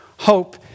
Hope